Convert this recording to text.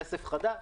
כסף חדש,